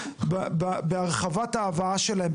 בהרחבת ההבאה שלהם,